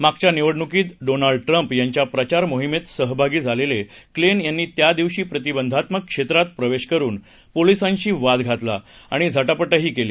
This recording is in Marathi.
मागच्या निवडणुकीत डोनाल्ड ट्रम्प यांच्या प्रचार मोहिमेत सहभागी झालेले क्लेन यांनी त्यादिवशी प्रतिबंधात्मक क्षेत्रात प्रवेश करुन पोलिसांशी वाद घातला आणि झटापटही केली